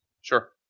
Sure